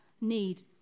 need